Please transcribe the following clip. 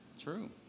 True